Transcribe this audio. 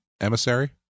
Emissary